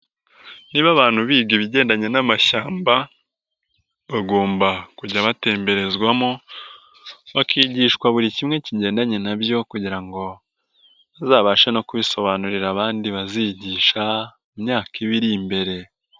Niba abantu biga ibigendanye n'amashyamba, bagomba kujya batemberezwamo, bakigishwa buri kimwe kigendanye na byo kugira ngo bazabashe no kubisobanurira abandi bazigisha mu myaka iba iri imbere.